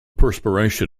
perspiration